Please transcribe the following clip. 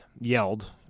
yelled